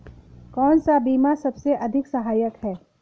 कौन सा बीमा सबसे अधिक सहायक है?